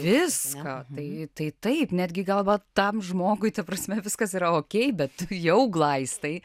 viską tai tai taip netgi gal va tam žmogui ta prasme viskas yra okei bet jau glaistai